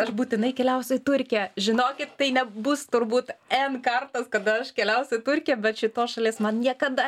aš būtinai keliausiu į turkiją žinokit tai nebus turbūt n kartas kada aš keliausiu į turkiją bet šitos šalies man niekada